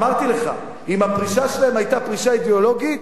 אמרתי לך, אם הפרישה שלהם היתה פרישה אידיאולוגית,